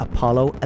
Apollo